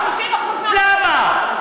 למה?